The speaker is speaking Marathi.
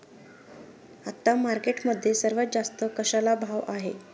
आता मार्केटमध्ये सर्वात जास्त कशाला भाव आहे?